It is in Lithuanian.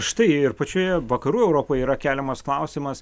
štai ir pačioje vakarų europoje yra keliamas klausimas